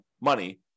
money